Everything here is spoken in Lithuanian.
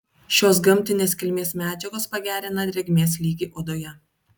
šios gamtinės kilmės medžiagos pagerina drėgmės lygį odoje